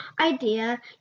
idea